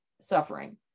suffering